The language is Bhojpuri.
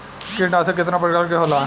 कीटनाशक केतना प्रकार के होला?